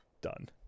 Done